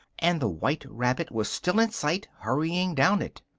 and the white rabbit was still in sight, hurrying down it.